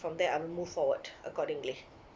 from there I'll move forward accordingly